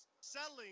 selling